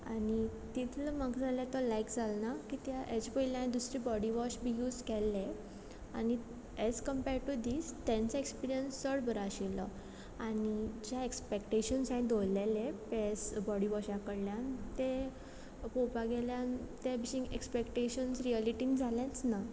आनी तितले म्हाका जाल्या तो लायक जालो ना किद्या हेज्या पयलीं हांवें दुसरे बॉडी वॉश बी यूज केल्ले आनी एज कंम्पेर टू थीस तेंचो एक्सपिरियंस चड बरो आशिल्लो आनी जे एस्पेक्टेशन हांवें दवरलेले पेर्स बॉडी वॉशा कडल्यान ते पळोवपा गेल्यार ते भशेन एक्स्पेक्टेशन रियलिटीन जालेंच ना